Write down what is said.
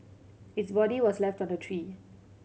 its body was left on a tree